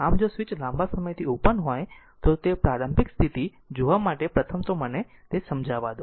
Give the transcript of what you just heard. આમ જો સ્વીચ લાંબા સમયથી ઓપન હોય તો તે પ્રારંભિક સ્થિતિ જોવા માટે પ્રથમ તો મને તે સમજાવા દો